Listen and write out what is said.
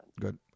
Good